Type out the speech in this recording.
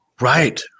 Right